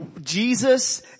Jesus